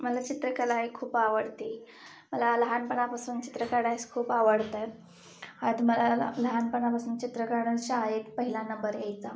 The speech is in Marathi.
मला चित्रकला ही खूप आवडते मला लहानपणापासून चित्रं काढायस खूप आवडतंय आद मला ल लहानपणापासून चित्रं काढून शाळेत पहिला नंबर यायचा